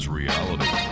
reality